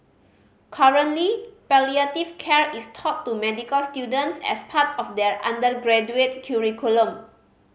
currently palliative care is taught to medical students as part of their undergraduate curriculum